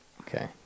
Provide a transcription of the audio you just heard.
Okay